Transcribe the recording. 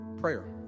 Prayer